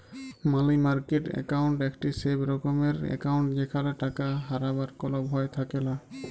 মালি market account একটি safe রকমের account যেখালে টাকা হারাবার কল ভয় থাকেলা